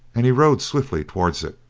and he rode swiftly towards it.